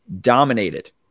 dominated